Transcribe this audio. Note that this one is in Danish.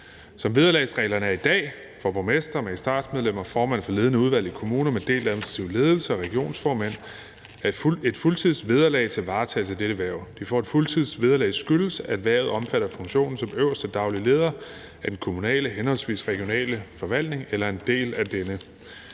Som vederlagsreglerne er i dag, får borgmestre, magistratsmedlemmer og formænd for ledende udvalg i kommuner med delt administrativ ledelse og regionsformænd et fuldtidsvederlag til varetagelse af dette hverv. At de får et fuldtidsvederlag skyldes, at hvervet omfatter funktionen som øverste daglige leder af den kommunale henholdsvis regionale forvaltning eller en del af denne.